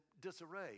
disarray